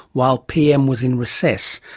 while pm was in recess.